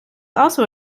also